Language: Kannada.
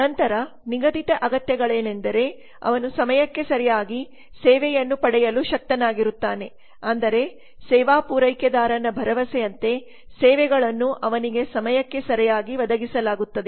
ನಂತರ ನಿಗದಿತ ಅಗತ್ಯತೆಗಳೆಂದರೆ ಅವನು ಸಮಯಕ್ಕೆ ಸರಿಯಾಗಿ ಸೇವೆಯನ್ನು ಪಡೆಯಲು ಶಕ್ತನಾಗಿರುತ್ತಾನೆ ಅಂದರೆ ಸೇವಾ ಪೂರೈಕೆದಾರನ ಭರವಸೆಯಂತೆ ಸೇವೆಗಳನ್ನು ಅವನಿಗೆ ಸಮಯಕ್ಕೆ ಸರಿಯಾಗಿ ಒದಗಿಸಲಾಗುತ್ತದೆ